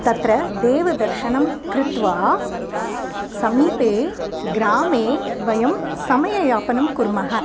तत्र देवदर्शनं कृत्वा समीपे ग्रामे वयं समययापनं कुर्मः